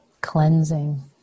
cleansing